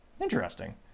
interesting